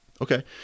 Okay